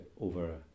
over